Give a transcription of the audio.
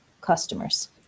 customers